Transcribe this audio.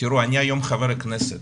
תראו אני היום חבר כנסת,